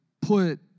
put